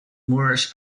moorish